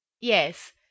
Yes